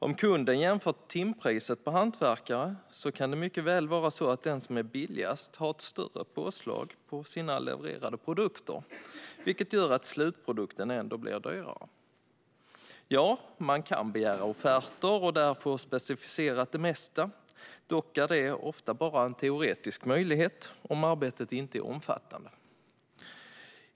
Om kunden jämför timpriset på hantverkare kan det mycket väl vara så att den som är billigast har ett större påslag på sina levererade produkter, vilket gör att slutprodukten ändå blir dyrare. Man kan visserligen begära offerter och där få det mesta specificerat. Det är dock ofta bara en teoretisk möjlighet om arbetet inte är omfattande.